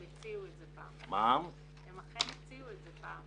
הם הציעו את זה פעם.